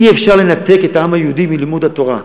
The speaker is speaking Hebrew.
אי-אפשר לנתק את העם היהודי מלימוד התורה.